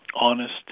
honest